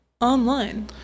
online